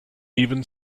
even